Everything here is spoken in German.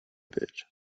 bild